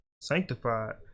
sanctified